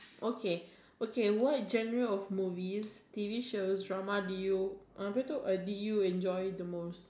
okay okay what genre of movies T_V shows dramas did you apa tu uh did you enjoy the most